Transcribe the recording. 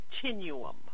continuum